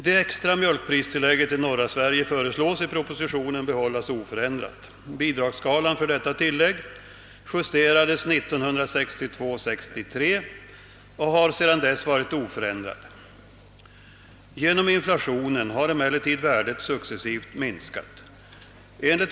Det extra mjölkpristillägget i norra Sverige föreslås i propositionen behållas oförändrat. Bidragsskalan för detta tillägg justerades 1962/63 och har sedan dess varit oförändrad. Genom inflationen har emellertid värdet successivt minskats.